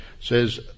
says